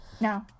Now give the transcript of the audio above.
No